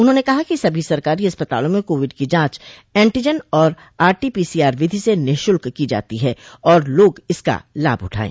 उन्होंने कहा कि सभी सरकारी अस्पतालों में कोविड की जांच एंटीजन और आरटीपीसीआर विधि से निःशुल्क की जाती है और लोग इसका लाभ उठाएं